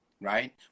right